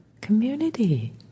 community